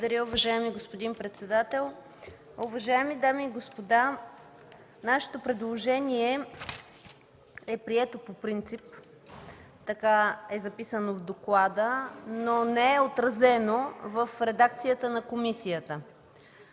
Благодаря, уважаеми господин председател. Уважаеми дами и господа, нашето предложение е прието по принцип. Така е записано в доклада, но не е отразено в редакцията на комисията.